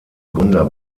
gründer